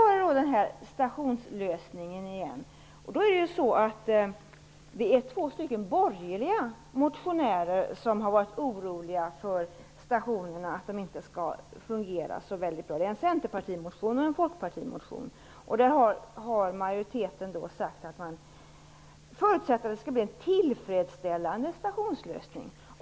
Vad gäller stationslösningen är det borgerliga motionärer som, i en center och i en folkpartimotion, har framfört oro för att stationerna inte skall fungera så bra. Majoriteten har uttalat att man förutsätter att det skall bli en tillfredsställande stationslösning.